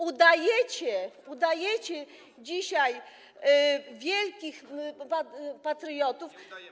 Udajecie dzisiaj wielkich patriotów.